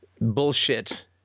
bullshit